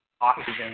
oxygen